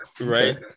right